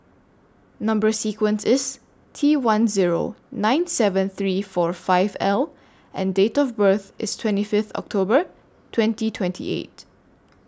Number sequence IS T one Zero nine seven three four five L and Date of birth IS twenty Fifth October twenty twenty eight